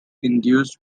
induced